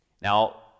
Now